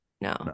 No